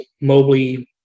Mobley